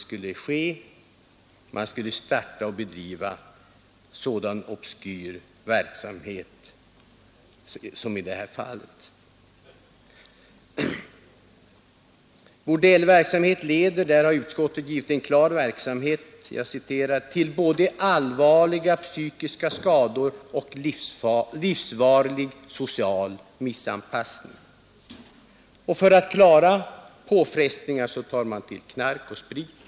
Staten skulle starta och bedriva sådan obskyr verksamhet som det här är fråga om. Bordellverksamhet leder — där har utskottet gjort en klar skrivning — ”till både allvarliga psykiska skador och till livsvarig social missanpassning”. För att klara påfrestningar tar man till knark och sprit.